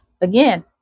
again